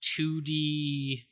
2D